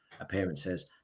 appearances